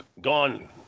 gone